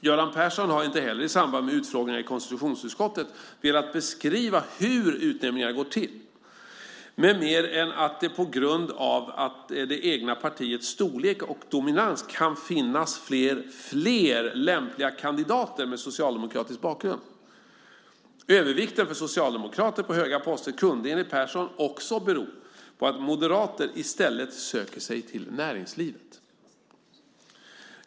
Göran Persson har inte heller i samband med utfrågningar i konstitutionsutskottet velat beskriva hur utnämningarna går till med mer än att det på grund av det egna partiets storlek och dominans kan finnas fler lämpliga kandidater med socialdemokratisk bakgrund. Övervikten för socialdemokrater på höga poster kunde, enligt Persson, också bero på att moderater i stället söker sig till näringslivet.